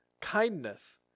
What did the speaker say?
kindness